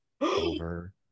over